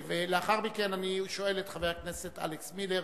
אני אשאל את חבר הכנסת אלכס מילר,